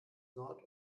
nord